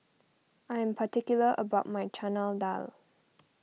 I am particular about my Chana Dal